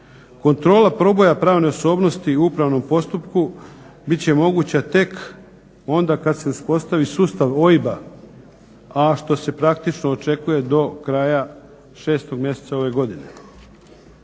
Kontrola proboja pravne osobnosti u upravnom postupku bit će omogućena tek onda kada se uspostavi sustav OIB-a, a što se praktično očekuje do kraja 6. mjeseca ove godine.